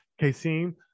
Kasim